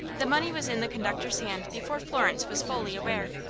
the money was in the conductor's hand before florence was fully aware.